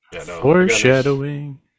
Foreshadowing